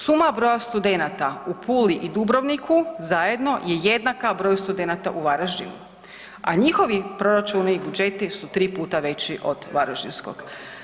Suma broja studenata u Puli i Dubrovniku zajedno je jednaka broju studenata u Varaždinu, a njihovi proračuni, budžeti su 3 puta veći od varaždinskog.